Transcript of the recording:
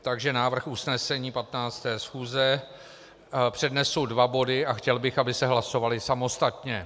Takže návrh usnesení 15. schůze přednesu dva body a chtěl bych, aby se hlasovaly samostatně.